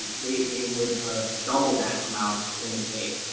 they they would ah double that amount within a day.